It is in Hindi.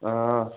हाँ